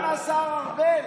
סגן השר ארבל.